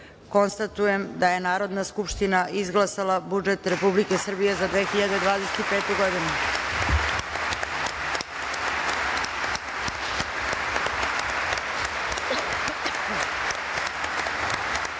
150.Konstatujem da je Narodna skupština izglasala budžet Republike Srbije za 2025. godinu. Sada